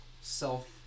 self